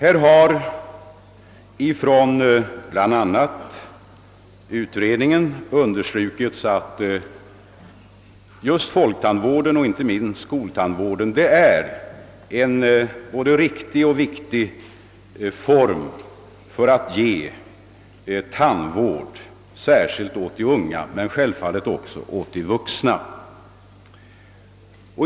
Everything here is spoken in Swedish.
Bland andra har utredningen understrukit att folktandvården — och inte minst skoltandvården — är en både riktig och viktig form för tandvårdens organiserande.